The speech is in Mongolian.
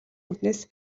үүднээс